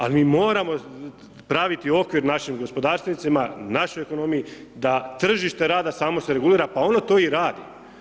Al mi moramo praviti okvir našim gospodarstvenicima, našoj ekonomiji da tržište rada samo se regulira, pa on to i radi.